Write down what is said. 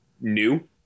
new